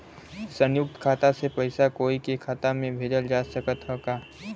संयुक्त खाता से पयिसा कोई के खाता में भेजल जा सकत ह का?